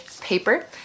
paper